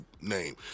name